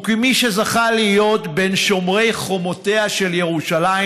וכמי שזכה להיות בין שומרי חומותיה של ירושלים,